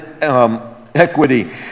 equity